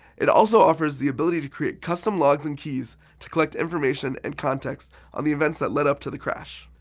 it also offers the ability to create custom logs and keys to collect information and context on the events that led up to the crash.